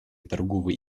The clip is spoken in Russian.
торговой